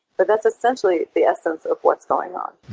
but that's essentially the essence of what is going on.